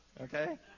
Okay